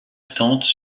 restantes